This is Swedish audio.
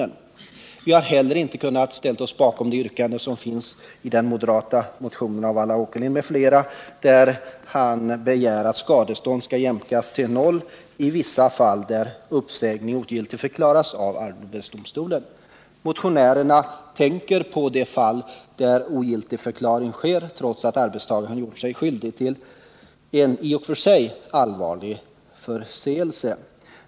Utskottet har heller inte kunnat ställa sig bakom det yrkande som framställs i den moderata motionen av Allan Åkerlind m.fl., att skadestånd i vissa fall skall jämkas till noll när uppsägning ogiltigförklarats av arbetsdomstolen. Motionärerna tänker på de fall där ogiltigförklaring sker trots att arbetstagaren gjort sig skyldig till en i och för sig allvarlig förseelse.